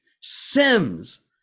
Sims